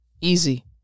Easy